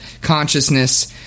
consciousness